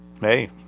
Hey